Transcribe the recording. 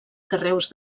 carreus